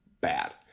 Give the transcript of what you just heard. bad